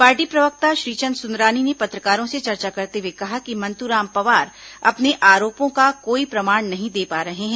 party प्रवक्ता श्रीचंद सुंदरानी ने पत्रकारों से चर्चा करते हए कहा कि मंतूराम पवार अपने आरोपों का कोई प्रमाण नहीं दे पा रहे हैं